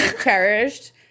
cherished